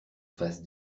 fasse